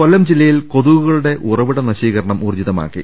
കൊല്ലം ജില്ലയിൽ കൊതുകുകളുടെ ഉറവിട നശീകരണം ഊർജ്ജി തമാക്കി